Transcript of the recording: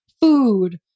food